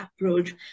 approach